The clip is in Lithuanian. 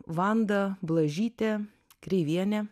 vanda blažytė kreivienė